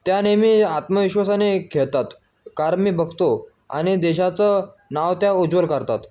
त्या नेहमी आत्मविश्वासाने खेळतात कारण मी बघतो आणि देशाचं नाव त्या उज्ज्वल करतात